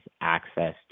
access